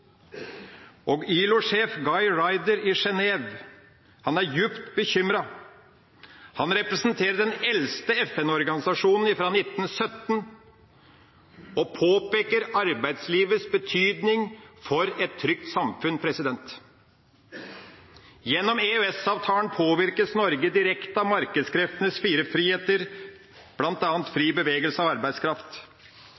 i Genève er dypt bekymret. Han representerer den eldste FN-organisasjonen, fra 1919, og påpeker arbeidslivets betydning for et trygt samfunn. Gjennom EØS-avtalen påvirkes Norge direkte av markedskreftenes fire friheter, bl.a. fri